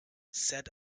said